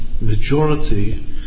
majority